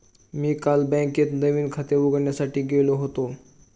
मी काल बँकेत नवीन खाते उघडण्यासाठी गेलो होतो